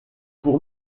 pour